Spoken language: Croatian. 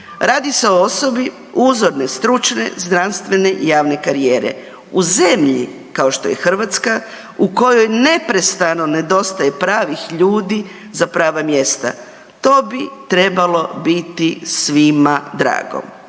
Radi se o osobi uzorne, stručne, znanstvene i javne karijere u zemlji kao što je Hrvatska u kojoj neprestano nedostaje pravih ljudi za prava mjesta. To bi trebalo biti svima drago.